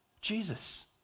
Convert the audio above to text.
Jesus